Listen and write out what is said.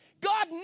God